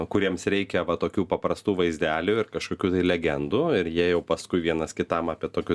kuriems reikia va tokių paprastų vaizdelių ir kažkokių tai legendų ir jie jau paskui vienas kitam apie tokius